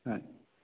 হয়